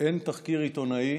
אין תחקיר עיתונאי